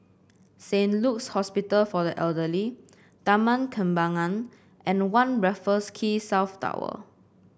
Saint Luke's Hospital for the Elderly Taman Kembangan and a One Raffles Quay South Tower